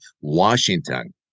Washington